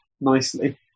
nicely